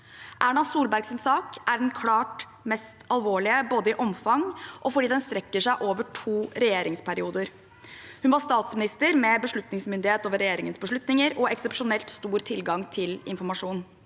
Erna Solbergs sak er den klart mest alvorlige både i omfang og fordi den strekker seg over to regjeringsperioder. Hun var statsminister med beslutningsmyndighet over regjeringens beslutninger og eksepsjonelt stor tilgang til informasjon.